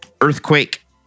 Earthquake